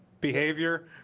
behavior